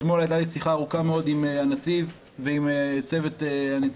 אתמול הייתה לי שיחה ארוכה מאוד עם הנציב ועם צוות הנציבות.